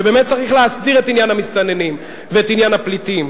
ובאמת צריך להסדיר את עניין המסתננים ואת עניין הפליטים.